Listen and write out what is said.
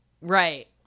Right